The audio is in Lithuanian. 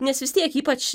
nes vis tiek ypač